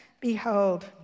behold